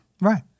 Right